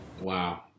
Wow